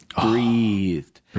breathed